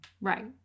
Right